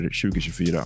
2024